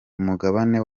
umugabane